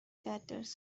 tatters